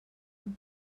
han